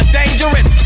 dangerous